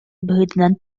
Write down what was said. быһыытынан